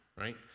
right